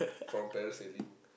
from parasailing